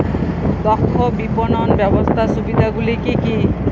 দক্ষ বিপণন ব্যবস্থার সুবিধাগুলি কি কি?